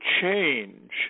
change